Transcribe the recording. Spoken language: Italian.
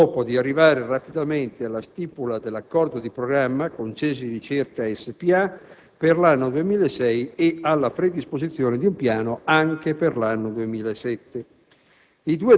allo scopo di arrivare rapidamente alla stipula dell'accordo di programma con CESI Ricerca S.p.A. per l'anno 2006 e alla predisposizione di un piano anche per l'anno 2007.